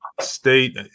state